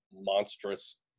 monstrous